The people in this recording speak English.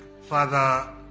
Father